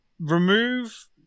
remove